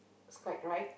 sky ride